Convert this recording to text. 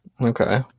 Okay